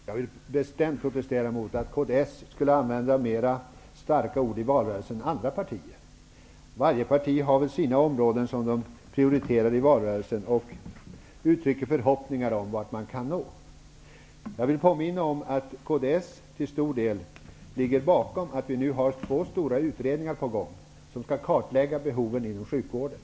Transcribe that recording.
Fru talman! Jag vill bestämt protestera mot att kds skulle ha använt starkare ord i valrörelsen än andra partier. Varje parti har sina områden som man prioriterar i valrörelsen och där man uttrycker förhoppningar om vart man kan nå. Jag vill påminna om att kds till stor del ligger bakom att vi nu har två stora utredningar på gång som skall kartlägga behoven inom sjukvården.